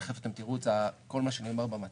תיכף אתם תראו את כל מה שנאמר במצגת.